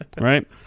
Right